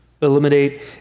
Eliminate